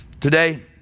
Today